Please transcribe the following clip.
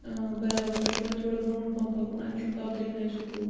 اۭں برابر تۄہہِ چھُو وۄنۍ تھوڑا برٛونٛٹھ پَہم پَکُن اَتہِ چھُو پبلک ہاے سکوٗل